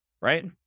right